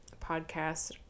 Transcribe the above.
podcast